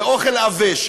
באוכל עבש,